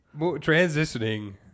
transitioning